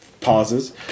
pauses